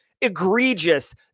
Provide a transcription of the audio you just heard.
egregious